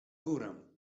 górę